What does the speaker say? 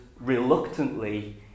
reluctantly